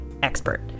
expert